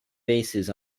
basses